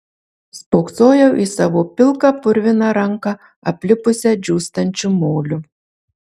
spoksojau į savo pilką purviną ranką aplipusią džiūstančių moliu